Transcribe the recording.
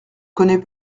connais